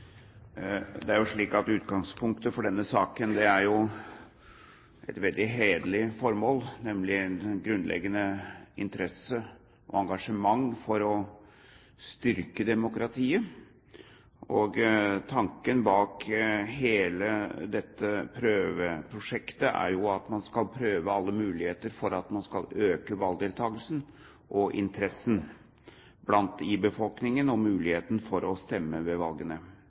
et veldig hederlig formål, nemlig en grunnleggende interesse og et engasjement for å styrke demokratiet. Tanken bak hele dette prøveprosjektet er jo at man skal prøve alle muligheter for at man blant befolkningen skal øke valgdeltakelsen – interessen og muligheten for å stemme ved valgene.